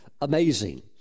amazing